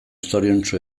zoriontsu